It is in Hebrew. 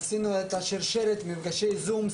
עשינו שרשרת של מפגשי זום,